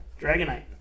Dragonite